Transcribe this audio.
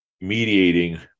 mediating